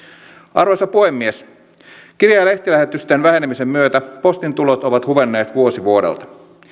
arvoisa puhemies kirje ja lehtilähetysten vähenemisen myötä postin tulot ovat huvenneet vuosi vuodelta